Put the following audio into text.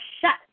shut